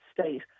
state